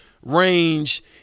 range